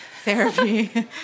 therapy